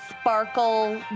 sparkle